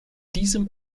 diesem